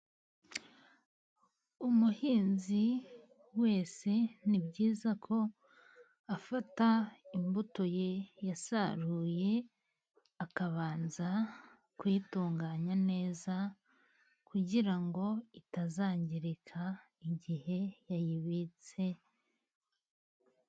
Umuhinzi wese, ni byiza ko afata imbuto ye yasaruye, akabanza kuyitunganya neza, kugira ngo itazangirika igihe yayibitse.